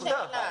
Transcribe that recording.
ברור.